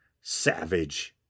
savage